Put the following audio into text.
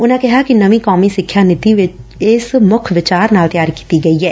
ਉਨੂਾ ਕਿਹਾ ਕਿ ਨਵੀ ਕੌਮੀ ਸਿੱਖਿਆ ਨੀਤੀ ਇਸ ਮੁੱਖ ਵਿਚਾਰ ਨਾਲ ਤਿਆਰ ਕੀਤੀ ਗਈ ਐ